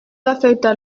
afectar